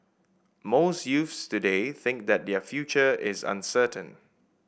most youths today think that their future is uncertain